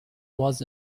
was